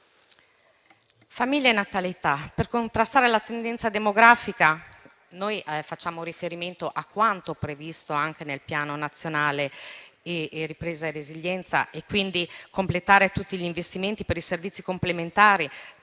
famiglia e della natalità, per contrastare la tendenza demografica, facciamo riferimento a quanto previsto nel Piano nazionale di ripresa e resilienza, che mira a completare tutti gli investimenti per i servizi complementari,